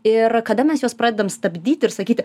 ir kada mes juos pradedam stabdyt ir sakyti